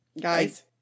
guys